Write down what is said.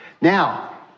Now